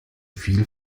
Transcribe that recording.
viel